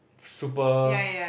super